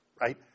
right